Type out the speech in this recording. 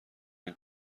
این